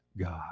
God